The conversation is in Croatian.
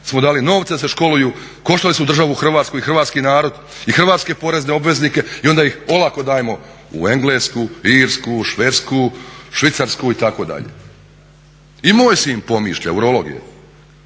smo dali novce da se školuju, koštali su državu Hrvatsku i hrvatski narod i hrvatske porezne obveznike i onda ih olako dajemo u Englesku, Irsku, Švedsku, Švicarsku itd.. I moj sin pomišlja, urolog je,